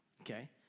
okay